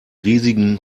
riesigen